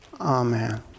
Amen